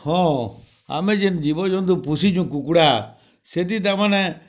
ହଁ ଆମେ ଜିନ୍ ଜୀବ୍ ଜନ୍ତୁ ପୋଶିଚୁଁ କୁକୁଡ଼ା ସେଥି୍ ତା ମାନେ